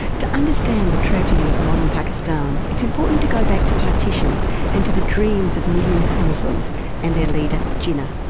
to understand the tragedy of modern pakistan it's important to go back to partition and to the dreams of millions of muslims and their leader, jinnah.